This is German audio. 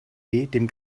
dem